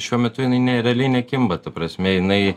šiuo metu jinai ne realiai nekimba ta prasme jinai